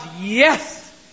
yes